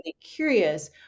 curious